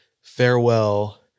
farewell